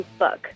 Facebook